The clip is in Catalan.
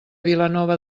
vilanova